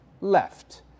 left